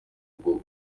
bwoko